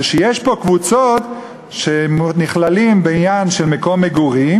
שיש פה קבוצות שנכללות בעניין של מקום מגורים,